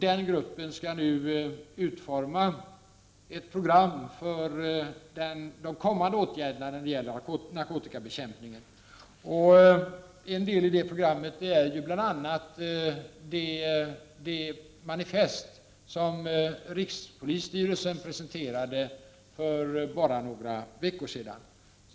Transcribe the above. Den gruppen skall nu utforma ett program för de kommande åtgärderna när det gäller narkotikabekämpningen. En del i det programmet är bl.a. det manifest som rikspolisstyrelsen presenterade för bara några veckor sedan.